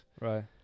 Right